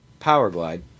Powerglide